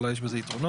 אולי יש בזה יתרונות,